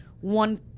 one